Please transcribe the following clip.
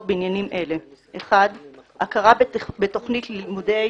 בעניינים אלה: הכרה בתכנית ללימודי